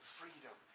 freedom